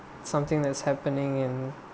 something that's happening in